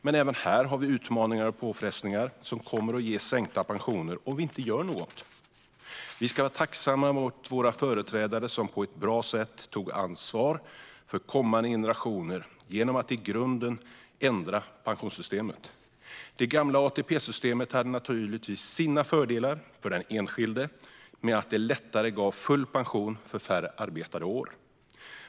Men även här har vi utmaningar och påfrestningar som kommer att ge sänkta pensioner om vi inte gör något. Vi ska vara tacksamma gentemot våra företrädare som på ett bra sätt tog ansvar för kommande generationer genom att i grunden ändra pensionssystemet. Det gamla ATP-systemet hade naturligtvis sina fördelar för den enskilde i och med att det lättare gav full pension för färre arbetade år.